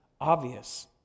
obvious